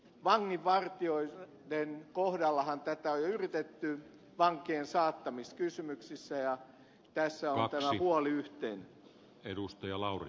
vanginvartijoiden kohdallahan tätä on jo yritetty vankien saattamiskysymyksissä ja tässä on tämä huoli yhteinen